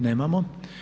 Nemamo.